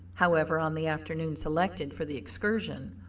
however, on the afternoon selected for the excursion,